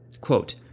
Quote